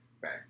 Right